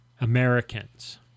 Americans